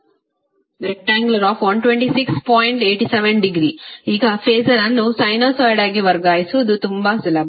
°ಈಗ ಫಾಸರ್ ಅನ್ನು ಸೈನುಸಾಯ್ಡ್ ಆಗಿ ವರ್ಗಾಯಿಸುವುದು ತುಂಬಾ ಸುಲಭ